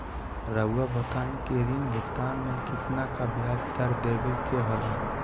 रहुआ बताइं कि ऋण भुगतान में कितना का ब्याज दर देवें के होला?